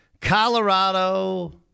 Colorado